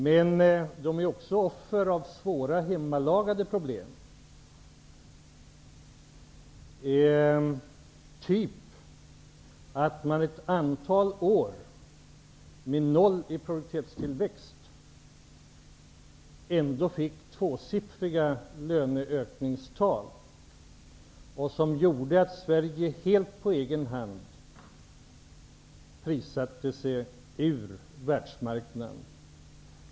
Men de är också offer för svåra, hemmagjorda problem, av den typen att löneökningstalen blev tvåsiffriga, under ett antal år då produktivitetstillväxten var noll, vilket gjorde att Sverige helt på egen hand prissatte sig ut ur världsmarknaden.